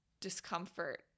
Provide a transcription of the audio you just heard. discomfort